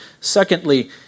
Secondly